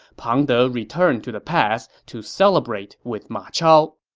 pang de returned to the pass to celebrate with ma chao